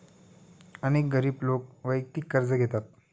अनेक गरीब लोक वैयक्तिक कर्ज घेतात